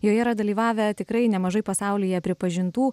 joje yra dalyvavę tikrai nemažai pasaulyje pripažintų